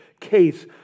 case